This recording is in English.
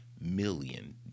million